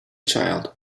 child